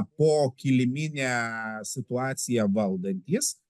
pokiliminę situaciją valdantys